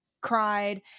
cried